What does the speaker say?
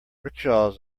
rickshaws